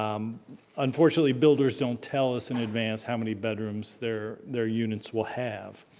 um unfortunately builders don't tell us in advance how many bedrooms their their units will have.